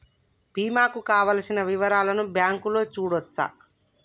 బీమా కు కావలసిన వివరాలను బ్యాంకులో చూడొచ్చా?